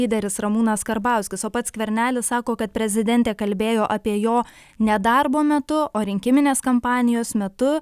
lyderis ramūnas karbauskis o pats skvernelis sako kad prezidentė kalbėjo apie jo ne darbo metu o rinkiminės kampanijos metu